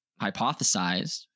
hypothesized